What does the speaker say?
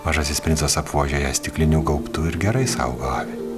mažasis princas apvožė ją stikliniu gaubtu ir gerai saugo avį